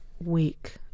week